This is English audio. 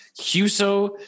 Huso